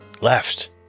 left